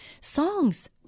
songs